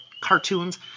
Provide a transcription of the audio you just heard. cartoons